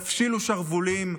תפשילו שרוולים,